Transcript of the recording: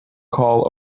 call